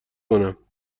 کنم